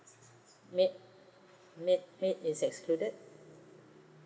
maid maid maid is excluded